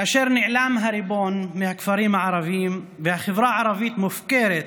כאשר נעלם הריבון מהכפרים הערביים והחברה הערבית מופקרת